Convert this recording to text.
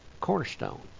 Cornerstone